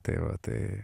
tai va tai